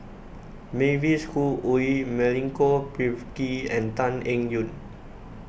Mavis Khoo Oei Milenko Prvacki and Tan Eng Yoon